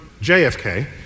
JFK